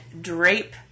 drape